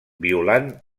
violant